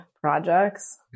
projects